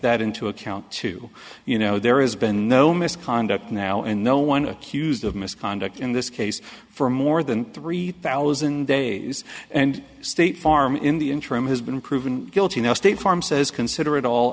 that into account too you know there has been no misconduct now and no one accused of misconduct in this case for more than three thousand days and state farm in the interim has been proven guilty now state farm says consider it all